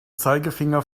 zeigefinger